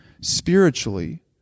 spiritually